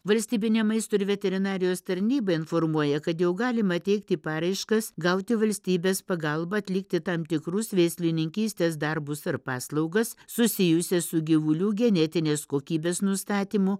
valstybinė maisto ir veterinarijos tarnyba informuoja kad jau galima teikti paraiškas gauti valstybės pagalbą atlikti tam tikrus veislininkystės darbus ar paslaugas susijusias su gyvulių genetinės kokybės nustatymu